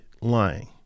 lying